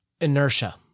inertia